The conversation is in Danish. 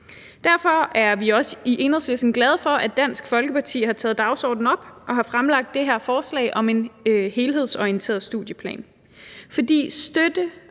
Derfor er vi også i Enhedslisten glade for, at Dansk Folkeparti har sat det på dagsordenen og har fremsat det her forslag om en helhedsorienteret studieplan.